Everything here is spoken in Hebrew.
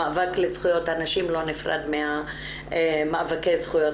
המאבק לזכויות הנשים לא נפרד ממאבקי זכויות